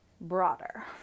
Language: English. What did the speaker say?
broader